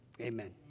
Amen